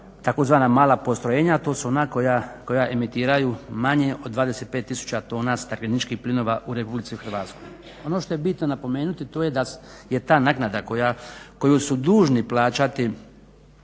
za tzv. mala postrojenja, a to su ona koja emitiraju manje od 25000 tona stakleničkih plinova u Republici Hrvatskoj. Ono što je bitno napomenuti to je da ta naknada koju su dužni plaćati